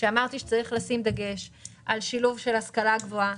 שצריך לשים דגש על שילוב של השכלה גבוהה